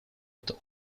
это